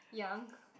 young